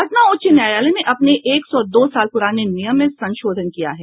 पटना उच्च न्यायालय ने अपने एक सौ दो साल पुराने नियम में संशोधन किया है